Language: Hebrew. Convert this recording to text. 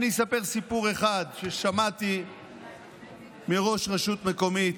אספר סיפור אחד ששמעתי מראש רשות מקומית,